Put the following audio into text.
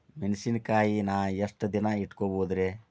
ಮೆಣಸಿನಕಾಯಿನಾ ಎಷ್ಟ ದಿನ ಇಟ್ಕೋಬೊದ್ರೇ?